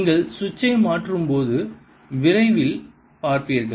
நீங்கள் சுவிட்சை மாற்றும்போது விரைவில் பார்ப்பீர்கள்